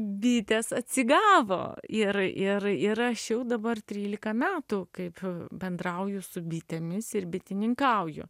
bitės atsigavo ir ir ir aš jau dabar trylika metų kaip bendrauju su bitėmis ir bitininkauju